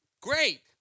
great